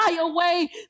away